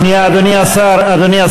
זה אחרי